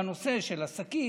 בנושא של עסקים,